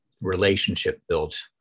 relationship-built